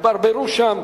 התברברו שם,